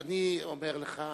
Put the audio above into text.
אני אומר לך,